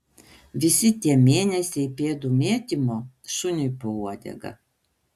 visi tie mėnesiai pėdų mėtymo šuniui po uodega